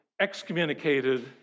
excommunicated